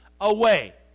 away